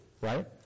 right